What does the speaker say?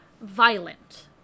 violent